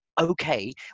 Okay